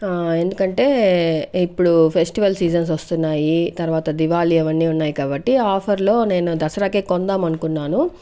ఎందుకంటే ఇప్పుడు festival seasons వస్తున్నాయి తర్వాత దివాళి అవన్నీ ఉన్నాయి కాబట్టి ఆఫర్లో నేను దసరాకే కొందాం అనుకున్నాను